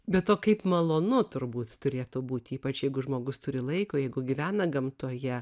be to kaip malonu turbūt turėtų būt ypač jeigu žmogus turi laiko jeigu gyvena gamtoje